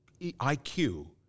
IQ